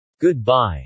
goodbye